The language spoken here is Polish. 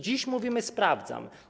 Dziś mówimy: sprawdzam.